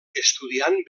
estudiant